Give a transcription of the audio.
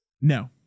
No